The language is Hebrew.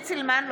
(קוראת בשמות חברי הכנסת) עידית סילמן,